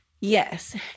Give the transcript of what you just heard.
Yes